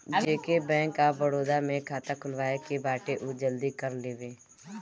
जेके bank of Baroda में खाता खुलवाए के बाटे उ जल्दी कर लेवे